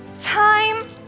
Time